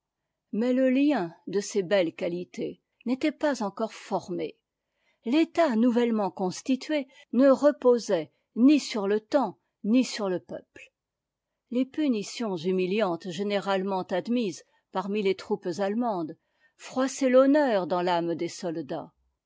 mais le lien de ces belles quaiités n'était pas encore formé l'etat nouvellement constitué ne réposait ni sur le temps ni sur le peuple les punitions humiliantes généralement admises parmi les troupes allemandes froissaient t'honneur dans i'ame des soldats